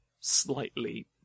slightly